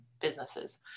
businesses